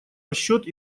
расчет